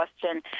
question